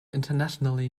internationally